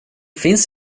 finns